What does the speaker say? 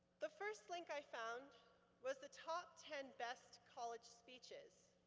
the first link i found was the top ten best college speeches.